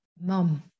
mom